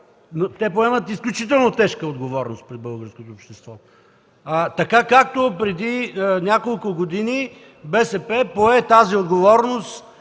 и поемат изключително тежка отговорност пред българското общество, така както преди няколко години БСП пое тази отговорност